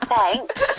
Thanks